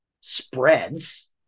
spreads